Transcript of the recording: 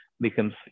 becomes